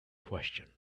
question